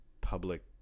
public